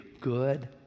good